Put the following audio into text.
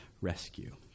rescue